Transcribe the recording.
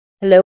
Hello